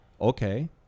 Okay